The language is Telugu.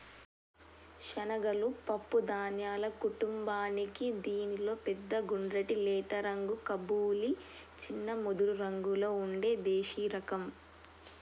శనగలు పప్పు ధాన్యాల కుటుంబానికీ దీనిలో పెద్ద గుండ్రటి లేత రంగు కబూలి, చిన్న ముదురురంగులో ఉండే దేశిరకం